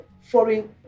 foreign